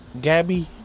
Gabby